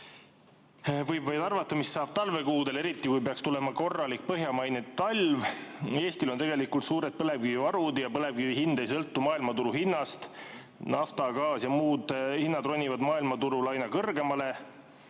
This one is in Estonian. Võib vaid arvata, mis saab talvekuudel, eriti kui peaks tulema korralik põhjamaine talv. Eestil on tegelikult suured põlevkivivarud ja põlevkivi hind ei sõltu maailmaturu hinnast. Nafta, gaasi ja muud hinnad ronivad maailmaturul aina kõrgemale,